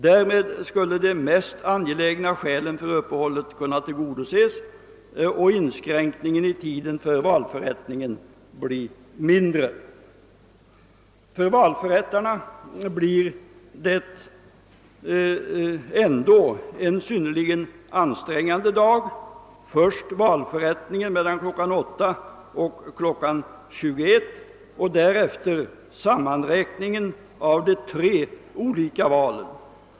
Därmed skulle de mest angelägna skälen för uppehållet kunna tillgodoses och inskränkningen i tiden för valförrättningen bli mindre. För valförrättarna blir det ändå en synnerligen ansträngande dag; först valförrättningen mellan kl. 8 och kl. 21 och därefter sammanräkningen av de tre olika valen.